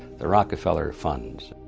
the rockefeller funds,